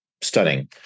stunning